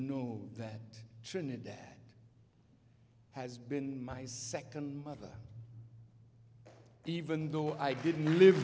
know that trinidad has been my second mother even though i didn't live